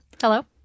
Hello